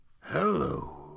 Hello